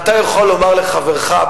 ואתה יכול לומר לחברך,